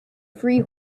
free